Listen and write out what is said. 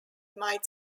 might